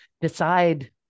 decide